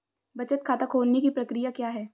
बचत खाता खोलने की प्रक्रिया क्या है?